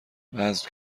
وزن